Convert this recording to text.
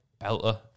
Belter